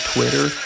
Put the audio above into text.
Twitter